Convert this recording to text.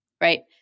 right